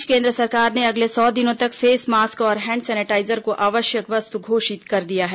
इस बीच केन्द्र सरकार ने अगले सौ दिनों तक फेसमास्क और हैण्ड सैनिटाइजर को आवश्यक वस्तु घोषित कर दिया है